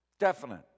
Definite